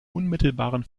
unmittelbaren